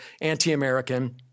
anti-American